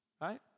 Right